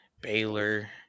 Baylor